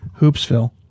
hoopsville